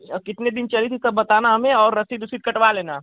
कितने दिन चलेगी सब बताना हमें और रसीद वसीद कटवा लेना